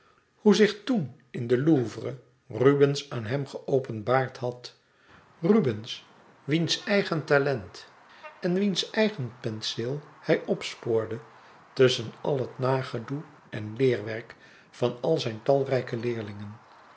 hoe zich toen in den louvre rubens aan hem geopenbaard had rubens wiens eigen talent en wiens eigen penseel hij opspoorde tusschen al het nagedoe en leerwerk van al zijn talrijke leerlingen